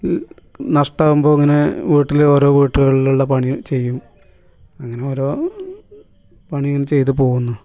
ഇൽ നഷ്ട്ടാമാകുമ്പോൾ ഇങ്ങനെ വീട്ടില് ഓരോ വീട്ടുകളിലുള്ള പണി ചെയ്യും അങ്ങനോരോ പണി അങ്ങനെ ചെയ്ത് പോകുന്നു